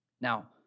Now